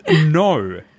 No